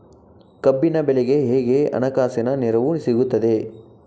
ಕಬ್ಬಿನ ಬೆಳೆಗೆ ಹೇಗೆ ಹಣಕಾಸಿನ ನೆರವು ಸಿಗುತ್ತದೆ?